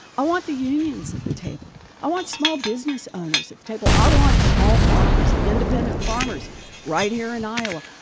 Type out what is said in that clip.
i want the unions at the table. i want small business owners at the table. i want small farmers, the independent farmers right here in iowa.